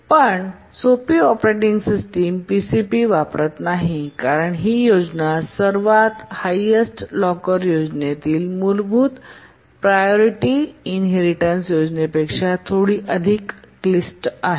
पण सोपी operating system PCP वापरत नाहीत कारण ही योजना सर्वात हायेस्ट लॉकर योजनेतील मूलभूत प्रायोरिटीइनहेरिटेन्स योजनेपेक्षा थोडी अधिक क्लिष्ट आहे